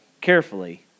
carefully